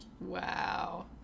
Wow